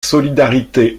solidarité